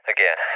Again